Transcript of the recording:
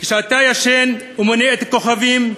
כשאתה ישן ומונה את הכוכבים,